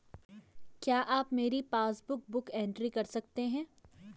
क्या आप मेरी पासबुक बुक एंट्री कर सकते हैं?